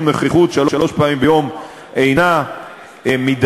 נוכחות שלוש פעמים ביום אינה מידתית.